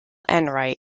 enright